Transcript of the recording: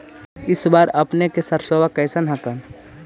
इस बार अपने के सरसोबा कैसन हकन?